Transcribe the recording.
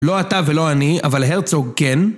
לא אתה ולא אני, אבל הרצוג כן.